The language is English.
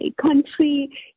country